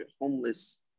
homeless